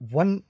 one